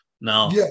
Now